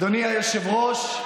אדוני היושב-ראש,